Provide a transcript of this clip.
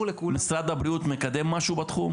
משרד הבריאות מקדם משהו בתחום?